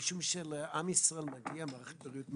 משום שלעם ישראל מגיעה מערכת בריאות מעולה,